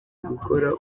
gukora